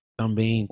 também